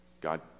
God